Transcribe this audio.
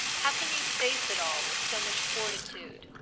how can you face it all with so much fortitude?